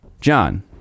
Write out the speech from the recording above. john